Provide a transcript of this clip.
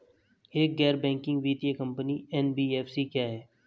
एक गैर बैंकिंग वित्तीय कंपनी एन.बी.एफ.सी क्या है?